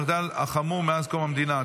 המחדל החמור מאז קום המדינה,